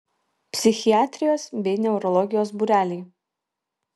psichiatrijos bei neurologijos būreliai